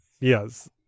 Yes